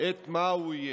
את מה הוא יהיה.